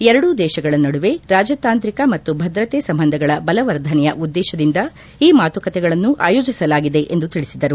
ಎರಡೂ ದೇಶಗಳ ನಡುವೆ ರಾಜತಾಂತ್ರಿಕ ಮತ್ತು ಭದ್ರತೆ ಸಂಬಂಧಗಳ ಬಲವರ್ಧನೆಯ ಉದ್ದೇಶದಿಂದ ಈ ಮಾತುಕತೆಗಳನ್ನು ಆಯೋಜಿಸಲಾಗಿದೆ ಎಂದು ತಿಳಿಸಿದರು